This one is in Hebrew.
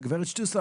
גברת שטוסל,